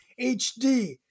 HD